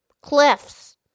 cliffs